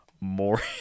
more